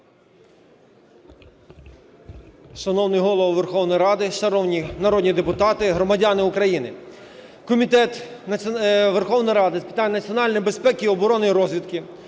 Шановний Голово Верховної Ради, шановні народні депутати, громадяни України! Комітет Верховної Ради з питань національної безпеки, оборони та розвідки